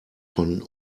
von